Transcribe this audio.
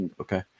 Okay